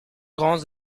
grands